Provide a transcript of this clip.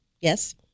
Yes